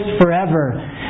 forever